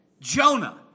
Jonah